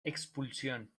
expulsión